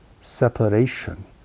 separation